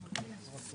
מע"מ.